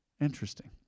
Interesting